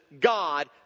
God